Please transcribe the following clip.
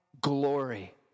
glory